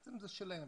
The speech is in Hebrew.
כסף שבעצם הוא שלהם,